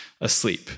asleep